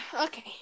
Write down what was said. Okay